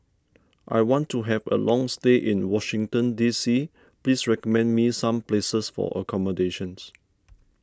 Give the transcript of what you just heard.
I want to have a long stay in Washington D C please recommend me some places for accommodation